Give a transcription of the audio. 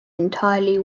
entirely